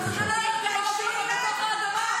שלוש דקות, בבקשה.